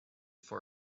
for